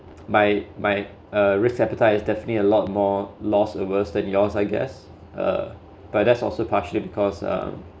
my my uh risk appetite is definitely a lot more loss averse than yours I guess uh but that's also partially because um